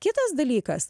kitas dalykas